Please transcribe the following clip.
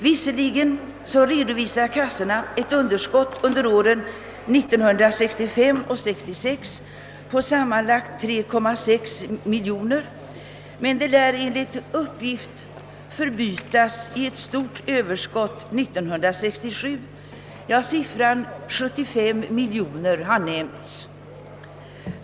Visserligen redovisar kassorna under åren 1965 och 1966 ett underskott på sammanlagt 3,6 miljoner kronor, men enligt uppgift kommer det underskottet att för 1967 förbytas i ett stort överskott. Siffran 75 miljoner kronor har nämnts i detta sammanhang.